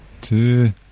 two